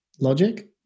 logic